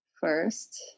first